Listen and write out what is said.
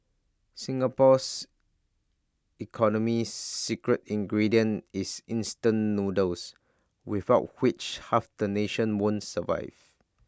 Singapore's economy's secret ingredient is instant noodles without which half the nation won't survive